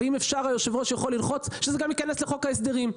ואולי היושב-ראש יכול ללחוץ שזה גם ייכנס לחוק ההסדרים.